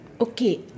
Okay